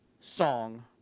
song